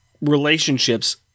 relationships